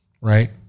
right